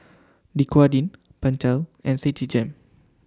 Dequadin Pentel and Citigem